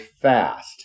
fast